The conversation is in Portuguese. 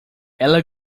ela